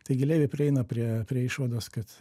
taigi levi prieina prie išvados kad